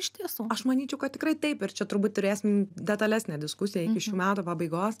iš tiesų aš manyčiau kad tikrai taip ir čia turbūt turėsim detalesnė diskusija iki šių metų pabaigos